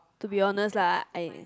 to be honest lah I